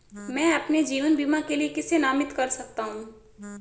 मैं अपने जीवन बीमा के लिए किसे नामित कर सकता हूं?